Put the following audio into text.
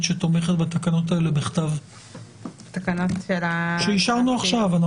שתומכת בתקנות האלה שאישרנו עכשיו בכתב.